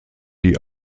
die